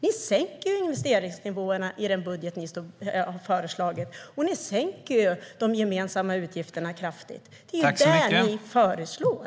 Ni sänker investeringsnivåerna i den budget ni har föreslagit, och ni sänker de gemensamma utgifterna kraftigt. Det är det ni föreslår.